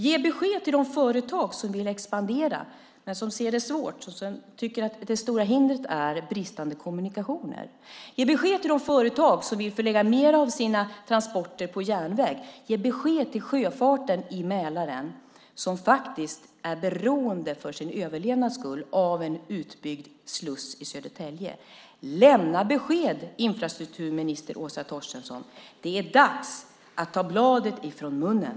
Ge besked till de företag som vill expandera men som anser att det är svårt och tycker att det stora hindret är bristande kommunikationer. Ge besked till de företag som vill förlägga mer av sina transporter på järnväg. Ge besked till sjöfarten i Mälaren, som faktiskt för sin överlevnad är beroende av en utbyggd sluss i Södertälje. Lämna besked, infrastrukturminister Åsa Torstensson! Det är dags att ta bladet från munnen.